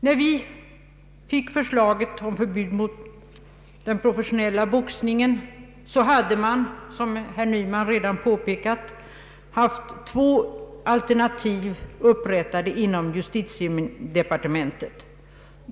När vi fick förslaget om förbud mot den professionella boxningen, hade man — som herr Nyman redan påpekat — haft två alternativ upprättade inom justitiedepartementet.